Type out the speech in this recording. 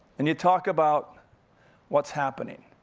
and you talk about what's happening.